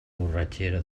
borratxera